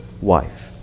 wife